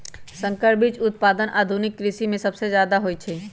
संकर बीज उत्पादन आधुनिक कृषि में सबसे जादे होई छई